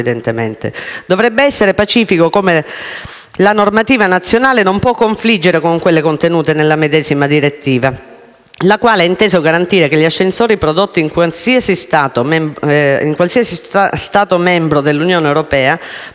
Dovrebbe essere pacifico che la normativa nazionale non possa confliggere con quelle contenute nella medesima direttiva, la quale ha inteso garantire che gli ascensori, prodotti in qualsiasi Stato membro della Unione europea, possano liberamente circolare